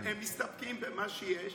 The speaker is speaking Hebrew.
הם מסתפקים במה שיש.